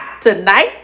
Tonight